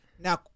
Now